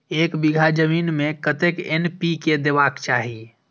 एक बिघा जमीन में कतेक एन.पी.के देबाक चाही?